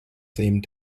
same